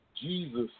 Jesus